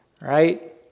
right